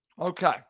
Okay